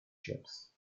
ships